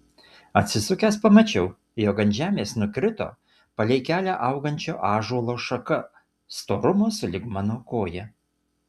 atsisukęs pamačiau jog ant žemės nukrito palei kelią augančio ąžuolo šaka storumo sulig mano koja